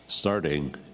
starting